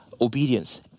obedience